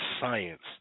science